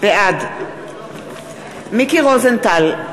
בעד מיקי רוזנטל,